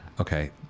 Okay